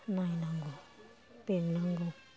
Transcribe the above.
नायनांगौ बेंनांगौ